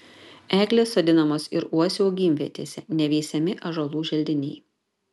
eglės sodinamos ir uosių augimvietėse neveisiami ąžuolų želdiniai